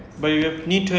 mm